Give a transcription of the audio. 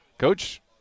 Coach